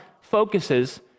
focuses